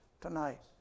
tonight